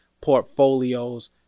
portfolios